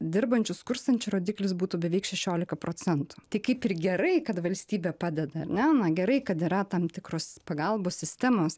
dirbančių skurstančių rodiklis būtų beveik šešiolika procentų tai kaip ir gerai kad valstybė padeda ar ne na gerai kad yra tam tikros pagalbos sistemos